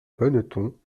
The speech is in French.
bonneton